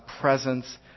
presence